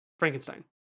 frankenstein